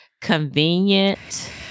convenient